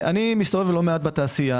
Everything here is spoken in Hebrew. אני מסתובב לא מעט בתעשייה.